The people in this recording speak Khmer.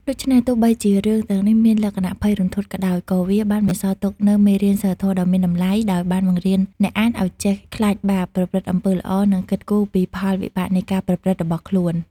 ដូច្នេះ ទោះបីជារឿងទាំងនេះមានលក្ខណៈភ័យរន្ធត់ក៏ដោយ ក៏វាបានបន្សល់ទុកនូវមេរៀនសីលធម៌ដ៏មានតម្លៃ ដោយបានបង្រៀនអ្នកអានឲ្យចេះខ្លាចបាប ប្រព្រឹត្តអំពើល្អ និងគិតគូរពីផលវិបាកនៃការប្រព្រឹត្តរបស់ខ្លួន។